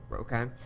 okay